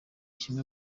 kimwe